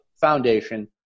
Foundation